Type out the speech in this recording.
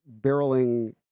barreling